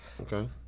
okay